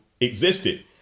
existed